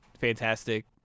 fantastic